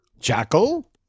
Jackal